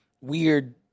weird